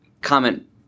comment